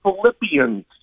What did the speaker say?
Philippians